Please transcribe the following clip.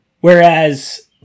whereas